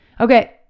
Okay